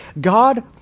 God